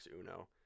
Uno